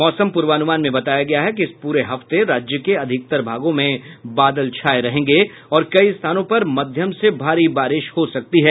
मौसम पूर्वानुमान में बताया गया है कि इस पूरे हफ्ते राज्य के अधिकतर भागों में बादल छाये रहेंगे और कई स्थानों पर मध्यम से भारी बारिश हो सकती है